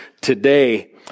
today